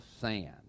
sand